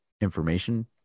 information